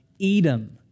Edom